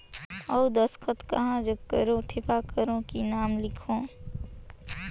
अउ दस्खत कहा जग करो ठेपा करो कि नाम लिखो?